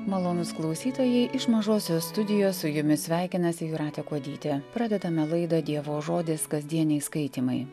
malonūs klausytojai iš mažosios studijos su jumis sveikinasi jūratė kuodytė pradedame laidą dievo žodis kasdieniai skaitymai